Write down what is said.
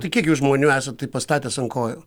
tai kiek jūs žmonių esat pastatęs ant kojų